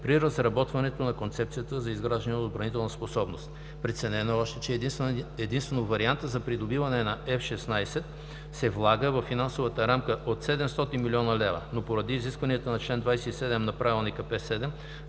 при разработването на Концепцията за изграждане на отбранителна способност. Преценено е още, че единствено варианта за придобиване на Ф-16 се влага във финансовата рамка от 700 млн. лв., но поради изискванията на чл. 27 на правилник П-7